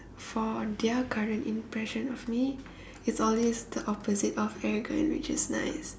for their current impression of me it's always the opposite of arrogant which is nice